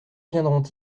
viendront